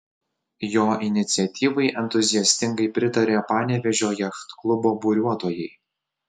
jo iniciatyvai entuziastingai pritarė panevėžio jachtklubo buriuotojai